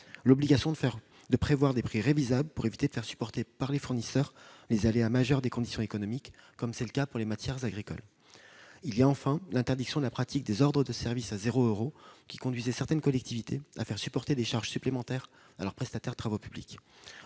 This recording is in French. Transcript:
l'obligation de prévoir des prix révisables, pour éviter de faire supporter par les fournisseurs les aléas majeurs des conditions économiques, comme c'est le cas pour les matières agricoles, et enfin de l'interdiction de la pratique des ordres de service à zéro euro, qui conduisait certaines collectivités à faire supporter des charges supplémentaires à leurs prestataires de travaux publics.